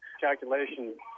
calculation